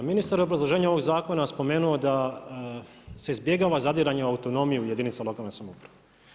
Ministar u obrazloženju ovog zakona, spomenuo da se izbjegava zadiranje u autonomiju jedinica lokalne samouprave.